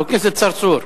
חבר הכנסת אברהים צרצור.